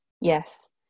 Yes